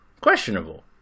questionable